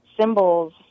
symbols